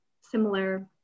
similar